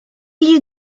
you